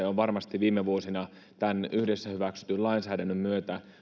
on varmasti viime vuosina suomessa parantunut tämän yhdessä hyväksytyn lainsäädännön myötä